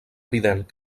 evident